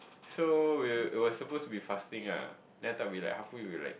so we it was supposed to be fasting ah then after that we like halfway we like